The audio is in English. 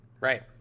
right